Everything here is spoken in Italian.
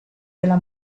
della